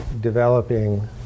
developing